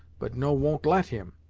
but no won't let him.